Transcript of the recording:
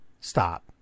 Stop